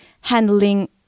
handling